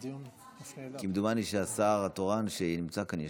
כמדומני שהשר התורן שנמצא כאן ישיב.